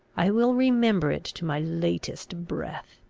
i will remember it to my latest breath.